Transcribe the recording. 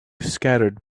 scattered